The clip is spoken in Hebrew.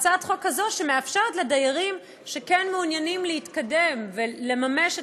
הצעת חוק כזאת שמאפשרת לדיירים שכן מעוניינים להתקדם ולממש את